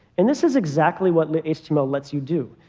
and this is exactly what lit-html lets you do.